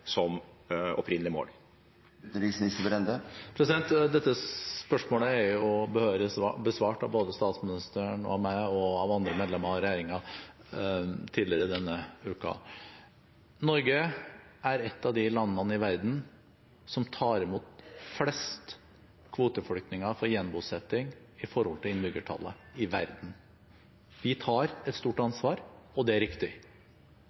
som opprinnelig mål? Dette spørsmålet er behørig besvart av både statsministeren, meg og andre medlemmer av regjeringen tidligere denne uka. Norge er et av de landene som tar imot flest kvoteflyktninger for gjenbosetting i forhold til innbyggertallet i verden. Vi tar et stort ansvar, og det er riktig.